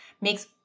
makes